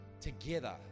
Together